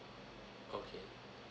okay